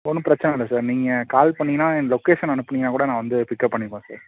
ஒன்றும் பிரச்சின இல்லை சார் நீங்கள் கால் பண்ணீங்கன்னா என் லொக்கேஷன் அனுப்புனீங்கன்னா கூட நான் வந்து பிக்அப் பண்ணிப்பேன் சார்